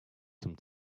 some